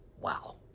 Wow